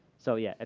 so, yeah, ah